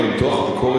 בבקשה,